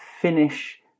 finish